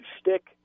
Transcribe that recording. stick